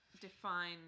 define